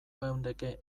geundeke